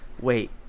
wait